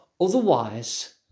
otherwise